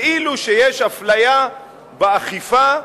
כאילו יש אפליה באכיפה,